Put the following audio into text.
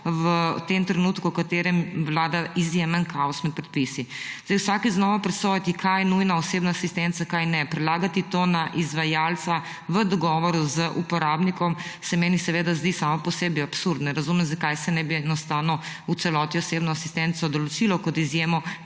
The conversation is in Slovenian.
v tem trenutku, v katerem vlada izjemen kaos med predpisi. Zdaj vsakič znova presojati, kaj je nujna osebna asistenca, kaj ni, prelagati to na izvajalca v dogovoru z uporabnikom, se meni seveda zdi samo po sebi absurd. Ne razumem, zakaj se ne bi enostavno v celoti osebno asistenco določilo kot izjemo,